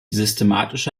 systematische